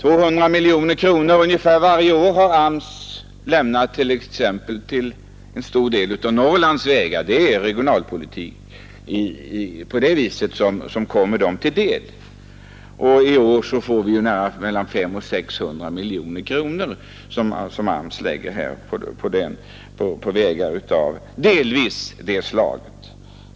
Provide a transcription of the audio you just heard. Vidare lägger AMS varje år ned ungefär 200 miljoner kronor på en stor del av Norrlands vägar. Det är regionalpolitik som förs när sådana medel på det sättet kommer vägarna till del. Och i år lägger AMS ned mellan 500 och 600 miljoner kronor på vägar som delvis är av det här slaget.